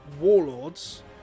Warlords